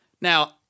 Now